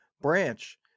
branch